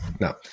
no